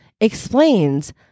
explains